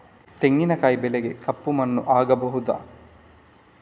ತೆಂಗಿನ ಬೆಳೆಗೆ ಕಪ್ಪು ಮಣ್ಣು ಆಗ್ಬಹುದಾ?